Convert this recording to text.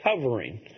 covering